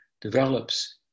develops